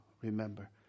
remember